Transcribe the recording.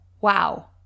Wow